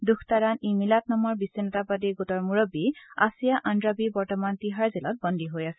দুখতাৰাণ ই মিলাৎ নামৰ বিছিন্নতাবাদী গোটৰ মুৰববী আচিয়া আন্ডাবি বৰ্তমান তিহাৰ জেলত বন্দী হৈ আছে